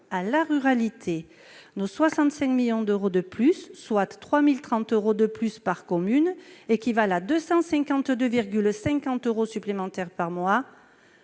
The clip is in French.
à la ruralité. Ces 65 millions d'euros de plus, soit 3 030 euros de plus par commune, équivalent à 252,50 euros supplémentaires par mois